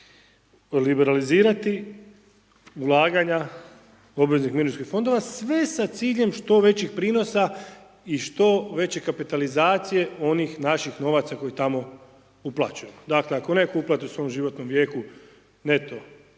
liberalizirati ulaganja obveznih mirovinskih fondova, sve sa ciljem što većih prinosa i što većeg kapitalizacije onih naših novaca koji tamo uplaćuju. Dakle, ako netko uplati u svom životnom vijeku, neto